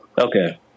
Okay